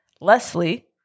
Leslie